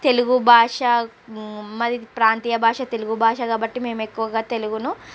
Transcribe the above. తెలుగు భాష మాది ప్రాంతీయ భాష తెలుగు భాష కాబట్టి మేము ఎక్కువగా తెలుగును